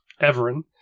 Everin